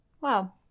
Wow